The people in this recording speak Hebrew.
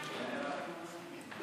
החוקה, חוק